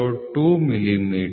002 millimetre